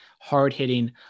Hard-hitting